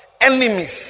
enemies